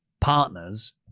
partners